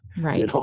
Right